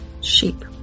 sheep